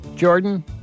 Jordan